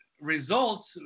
results